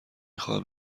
خواهم